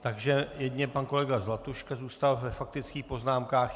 Takže jedině pan kolega Zlatuška zůstal ve faktických poznámkách.